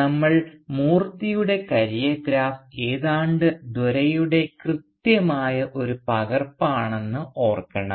നമ്മൾ മൂർത്തിയുടെ career graph ഏതാണ്ട് ദോരൈയുടെ കൃത്യമായ ഒരു പകർപ്പാണെന്ന് ഓർക്കണം